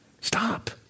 stop